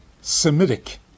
Semitic